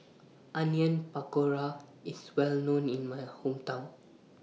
Onion Pakora IS Well known in My Hometown